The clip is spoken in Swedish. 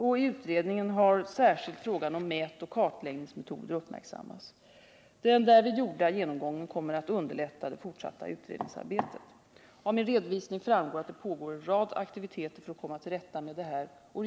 I utredningen har särskilt frågan om mätoch kartläggningsmetoder uppmärksammats. Den därvid gjorda genomgången kommer att underlätta det fortsatta utredningsarbetet. Av min redovisning framgår att det pågår en rad aktiviteter för att komma till rätta med radongasriskerna.